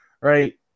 right